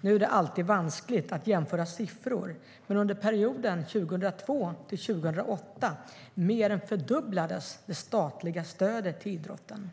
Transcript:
Nu är det alltid vanskligt att jämföra siffror, men under perioden 2002-2008 mer än fördubblades det statliga stödet till idrotten.